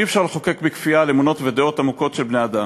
אי-אפשר לחוקק בכפייה על אמונות ודעות עמוקות של בני-אדם.